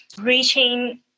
reaching